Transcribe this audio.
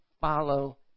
follow